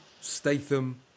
Statham